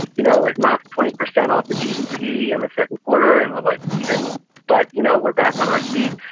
you know, it's not twenty percent off the gdp in the second quarter. and we're like. and but, you know, we're back on our feet.